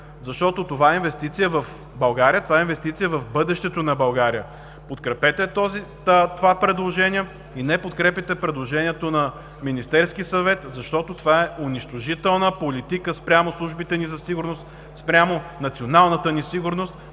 защото това е инвестиция в България, това е инвестиция в бъдещето на България. Подкрепете това предложение и не подкрепяйте предложението на Министерския съвет, защото това е унищожителна политика спрямо службите ни за сигурност, спрямо националната ни сигурност,